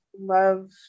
love